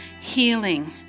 healing